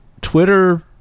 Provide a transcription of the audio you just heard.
Twitter